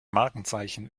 markenzeichen